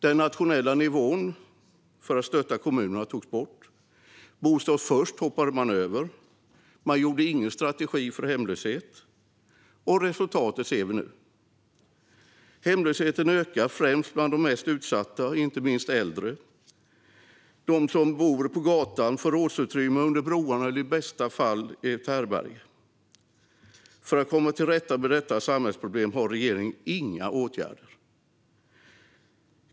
Den nationella nivån för att stötta kommunerna togs bort, Bostad först hoppade man över och ingen strategi för hemlöshet togs fram. Resultatet ser vi nu. Hemlösheten ökar, främst bland de mest utsatta och inte minst äldre. De lever och sover på gatan, i förrådsutrymmen, under broarna eller i bästa fall på ett härbärge. För att komma till rätta med detta samhällsproblem har regeringen inga åtgärder.